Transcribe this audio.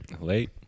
Late